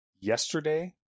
yesterday